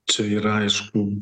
čia yra aišku